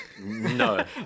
No